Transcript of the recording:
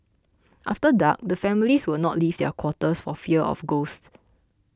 after dark the families would not leave their quarters for fear of ghosts